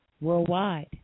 worldwide